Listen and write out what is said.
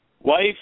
Wife